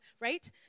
right